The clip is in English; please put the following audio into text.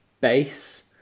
bass